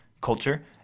culture